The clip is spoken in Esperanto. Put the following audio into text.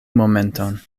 momenton